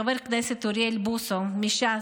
חבר הכנסת אוריאל בוסו מש"ס,